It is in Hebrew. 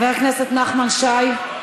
חבר הכנסת אוסאמה סעדי,